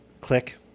click